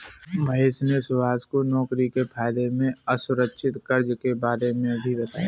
महेश ने सुभाष को नौकरी से फायदे में असुरक्षित कर्ज के बारे में भी बताया